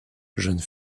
jeune